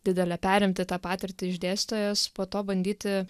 didele perimti tą patirtį iš dėstytojos po to bandyti